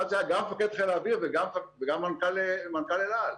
אחד שהיה גם מפקד חיל האוויר וגם מנכ"ל אל על.